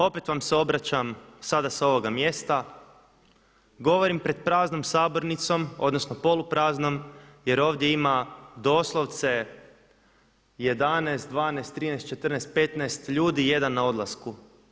Opet vam se obraćam sada sa ovoga mjesta, govorim pred praznom sabornicom odnosno polupraznom jer ovdje ima doslovce 11, 12, 13, 14, 15 ljudi i jedan na odlasku.